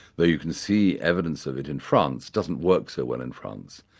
where you can see evidence of it in france, doesn't work so well in france.